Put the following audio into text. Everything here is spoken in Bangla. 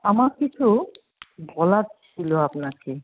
আমার কিছু বলার ছিলো আপনাকে